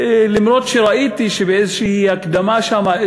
אף שראיתי שבאיזה הקדמה שם,